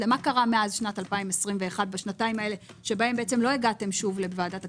מה קרה בשנתיים האלה שבהן לא הגעתם שוב לוועדת הכספים?